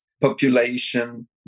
Population